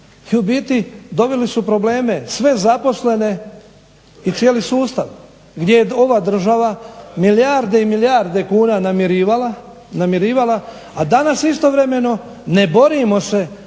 i ubiti doveli su u probleme sve zaposlene i cijeli sustav gdje je ova država milijarde i milijarde kuna namirivala, a danas istovremeno ne borimo se